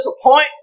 disappoint